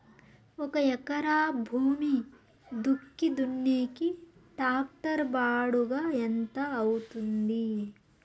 ఒక ఎకరా భూమి దుక్కి దున్నేకి టాక్టర్ బాడుగ ఎంత అవుతుంది?